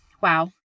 Wow